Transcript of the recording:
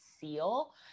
seal